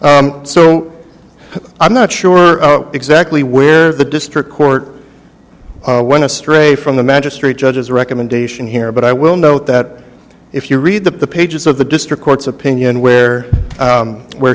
so i'm not sure exactly where the district court went astray from the magistrate judge's recommendation here but i will note that if you read the pages of the district court's opinion where where